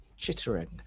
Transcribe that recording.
Chittering